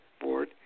board